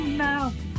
now